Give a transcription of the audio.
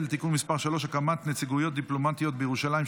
(תיקון מס' 3) (הקמת נציגויות דיפלומטיות בירושלים),